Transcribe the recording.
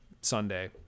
Sunday